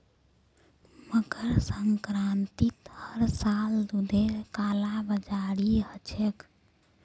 मकर संक्रांतित हर साल दूधेर कालाबाजारी ह छेक